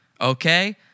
okay